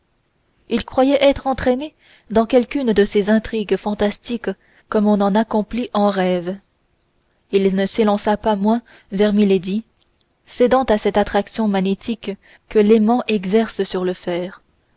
il croyait être entraîné dans quelqu'une de ces intrigues fantastiques comme on en accomplit en rêve il ne s'élança pas moins vers milady cédant à cette attraction que l'aimant exerce sur le fer